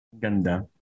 Ganda